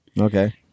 Okay